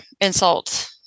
insult